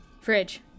Fridge